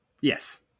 Yes